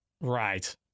Right